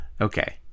Okay